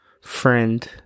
friend